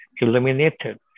illuminated